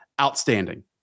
outstanding